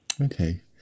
Okay